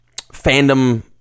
fandom